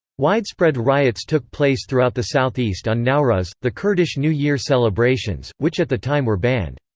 widespread riots took place throughout the southeast on nowruz, the kurdish new-year celebrations, which at the time were banned.